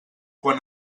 quan